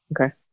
Okay